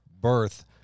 birth